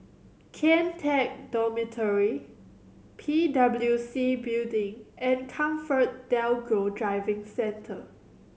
Kian Teck Dormitory P W C Building and ComfortDelGro Driving Centre